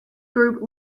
group